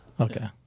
Okay